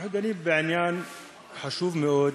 אנחנו דנים בעניין חשוב מאוד,